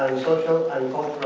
social and